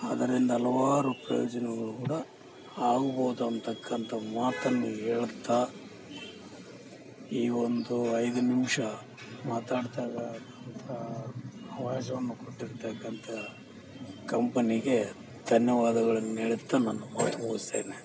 ಅದರಿಂದ ಹಲವಾರು ಪ್ರಯೋಜನಗಳು ಕೂಡ ಆಗ್ಬೋದಂತಕ್ಕಂಥ ಮಾತನ್ನು ಹೇಳ್ತಾ ಈ ಒಂದು ಐದು ನಿಮಿಷ ಮಾತಾಡಿದಾಗ ಅಂಥ ಅವಕಾಶವನ್ನು ಕೊಟ್ಟಿರ್ತಕ್ಕಂಥ ಕಂಪನಿಗೆ ಧನ್ಯವಾದಗಳನ್ನು ಹೇಳ್ತಾ ನನ್ನ ಮಾತು ಮುಗಿಸ್ತೇನೆ